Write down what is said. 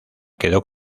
quedó